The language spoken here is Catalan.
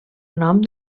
nom